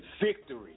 victory